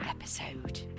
episode